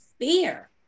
fear